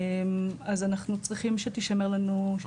אז אנחנו צריכים שתישמר לנו שיקול הדעת.